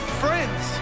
friends